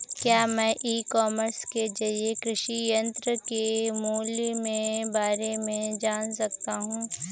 क्या मैं e commerce के ज़रिए कृषि यंत्र के मूल्य में बारे में जान सकता हूँ?